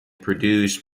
produced